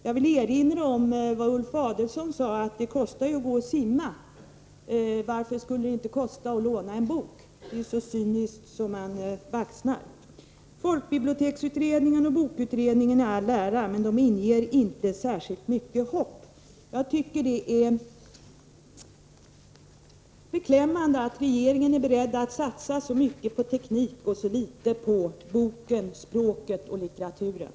Jag vill erinra om vad Ulf Adelsohn sade: Det kostar att gå och simma, varför skulle det då inte kosta att låna en bok? Det är så cyniskt att man baxnar! Folkbiblioteksutredningen och bokutredningen i all ära — men de inger inte särskilt mycket hopp. Jag tycker att det är beklämmande att regeringen är beredd att satsa så mycket på teknik som den är och så litet på boken, språket och litteraturen.